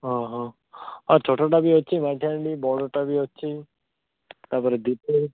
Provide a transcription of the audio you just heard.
ହଁ ହଁ ଛୋଟ ଟା ବି ଅଛି ମାଟି ହାଣ୍ଡି ବଡ଼ ଟା ବି ଅଛି ତାପରେ ଦୀପ ବି